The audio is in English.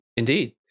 Indeed